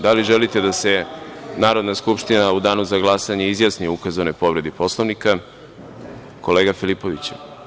Da li želite da se Narodna skupština u danu za glasanje izjasni o ukazanoj povredi Poslovnika, kolega Filipoviću?